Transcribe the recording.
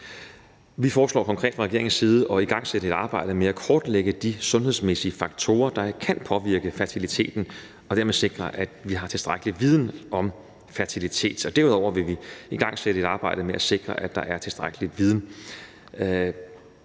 side foreslår vi konkret at igangsætte et arbejde med at kortlægge de sundhedsmæssige faktorer, der kan påvirke fertiliteten, og dermed sikre, at vi har tilstrækkelig viden om fertilitet. Derudover vil vi igangsætte et arbejde med at sikre, at der er tilstrækkelig viden